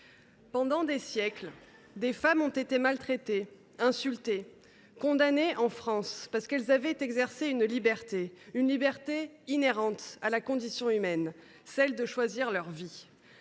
pendant des siècles, des femmes ont été maltraitées, insultées, condamnées en France parce qu’elles avaient exercé une liberté, inhérente à la condition humaine : celle de choisir leur vie.